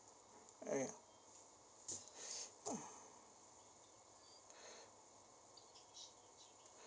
ah ya